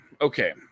Okay